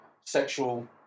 sexual